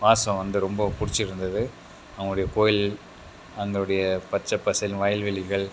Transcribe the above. வாசம் வந்து ரொம்ப பிடிச்சிருந்தது அவங்களுடைய கோவில் அதனுடைய பச்சை பசேல்னு வயல்வெளிகள்